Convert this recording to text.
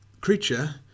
creature